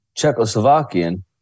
Czechoslovakian